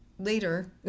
Later